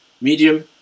medium